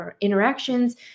interactions